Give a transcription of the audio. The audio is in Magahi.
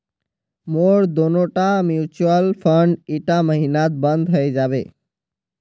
मोर दोनोटा म्यूचुअल फंड ईटा महिनात बंद हइ जाबे